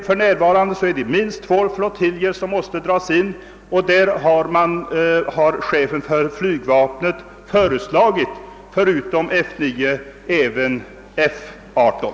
För närvarande är det minst två flottiljer som måste dras in och chefen för flygvapnet har föreslagit förutom F 9 även F 18.